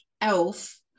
elf